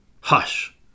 hush